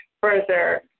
further